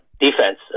defense